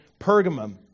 Pergamum